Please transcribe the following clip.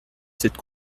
cette